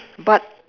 but